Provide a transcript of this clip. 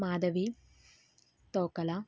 Madhavi Tokala